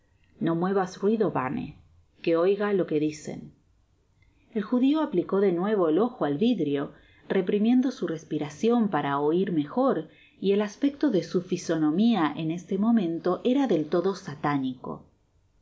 no muevas ruido barney que oiga lo que dicen content from google book search generated at el judio aplicó de nuevo el ojo al vidrio reprimiendo su respiracion para oir mejor y el aspecto de su fisonomia en este momento era del todo satánico